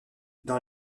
dans